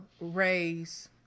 raise